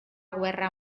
guerra